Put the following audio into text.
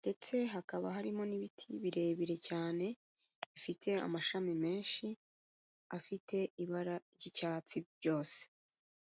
ndetse hakaba harimo n'ibiti birebire cyane, bifite amashami menshi afite ibara ry'icyatsi byose.